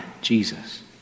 Jesus